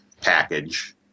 package